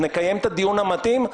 נקיים את הדיון המתאים,